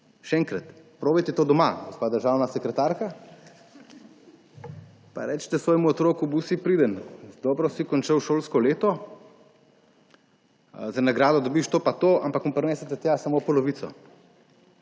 Ne. Probajte to doma, gospa državna sekretarka, pa recite svojemu otroku:« Bil si priden, dobro si končal šolsko leto, za nagrado dobiš to pa to.« Ampak mu prinesete tja samo polovico.